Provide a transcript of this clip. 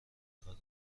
کار